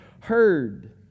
heard